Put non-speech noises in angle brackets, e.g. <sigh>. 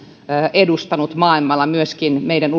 edustanut maailmalla myöskin meidän <unintelligible>